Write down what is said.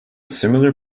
similar